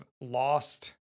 lost